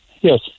yes